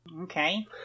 Okay